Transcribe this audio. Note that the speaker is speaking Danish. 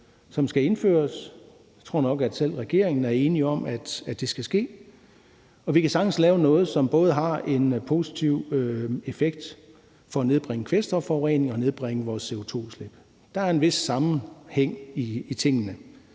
som skal indføres. Jeg tror nok, at selv regeringen er enige i, at det skal ske. Vi kan sagtens lave noget, som har en positiv effekt på både at nedbringe kvælstofforureningen og vores CO2-udslip. Der er en vis sammenhæng i tingene.